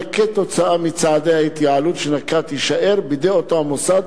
כתוצאה מצעדי התייעלות שנקט יישאר בידי אותו המוסד